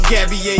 Gabby